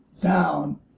down